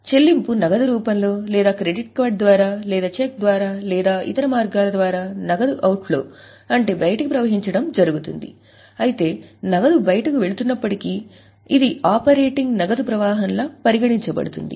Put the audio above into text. చెల్లింపు నగదు రూపంలో లేదా క్రెడిట్ కార్డు ద్వారా లేదా చెక్ ద్వారా లేదా ఇతర మార్గాల ద్వారా నగదు అవుట్ట్ఫ్లో జరుగుతుంది అయితే నగదు బయటికి వెళ్తున్నప్పటికీ ఇది ఆపరేటింగ్ నగదు ప్రవాహంగా పరిగణించబడుతుంది